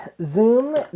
Zoom